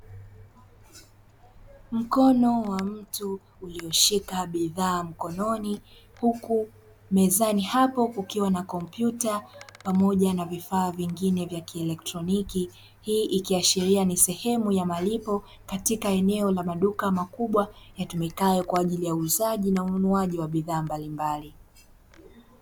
Mkono wa mtu ulioshika bidhaa mkononi huku mezani hapo kukiwa na kompyuta pamoja na vifaa vingine vya kielektroniki, hii ikishiria kuwa ni sehemu ya malipo katika eneo la maduka makubwa yatum, ikayo kwa ajili ya uuzaji wa bidhaa mbalimbali katika maeneo hayo.